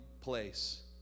place